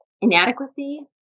inadequacy